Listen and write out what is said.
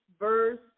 Verse